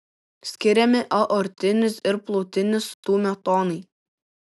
skiriami aortinis ir plautinis stūmio tonai